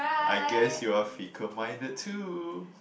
I guess you are fickle minded too